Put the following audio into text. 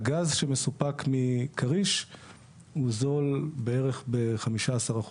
שהגז שמסופק מכריש הוא זול בערך ב-15%